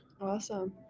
Awesome